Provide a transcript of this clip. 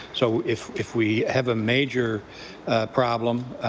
so if if we have a major problem